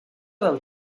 del